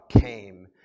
came